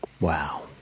Wow